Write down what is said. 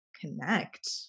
connect